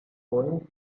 going